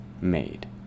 made